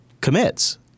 commits